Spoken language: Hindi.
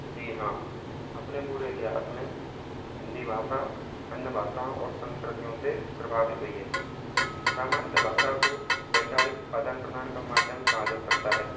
जी हाँ अपने पूरे इतिहास में हिंदी भाषा अन्य भाषा और संस्कृतियों से प्रभावित हुई है सामान्यतः भाषा को वैचारिक आदान प्रदान का माध्यम कहा जा सकता है